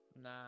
Nah